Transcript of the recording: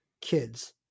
kids